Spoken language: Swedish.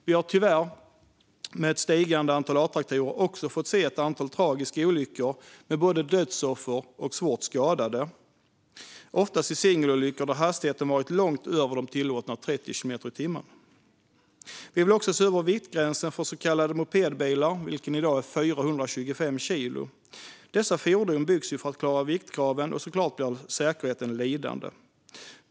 Vi har tyvärr med ett stigande antal A-traktorer också fått se ett antal tragiska olyckor, med både dödsoffer och svårt skadade, oftast singelolyckor där hastigheten varit långt över tillåtna 30 kilometer i timmen. Vi vill också se över viktgränsen för så kallade mopedbilar, som i dag är 425 kilo. Dessa fordon byggs för att klara viktkraven, och säkerheten blir såklart lidande.